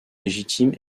légitime